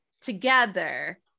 together